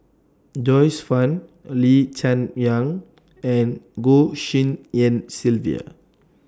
Joyce fan Lee Cheng Yan and Goh Tshin En Sylvia